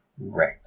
right